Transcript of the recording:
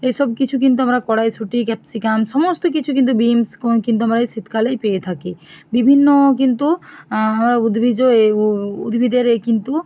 এসব কিছু কিন্তু আমরা কড়াইশুঁটি ক্যাপসিকাম সমস্ত কিছু কিন্তু বিনস কং কিন্তু আমরা এই শীতকালেই পেয়ে থাকি বিভিন্ন কিন্তু আমরা উদ্ভিজ এই উদ্ভিদের এই কিন্তু